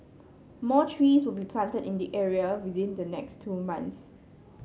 more trees will be planted in the area within the next two months